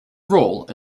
role